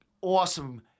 awesome